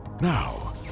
Now